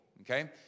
okay